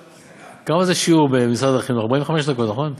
כמה זה שיעור במשרד החינוך, 45 דקות, נכון?